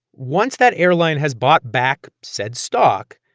once that airline has bought back said stock,